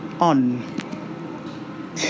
on